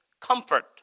comfort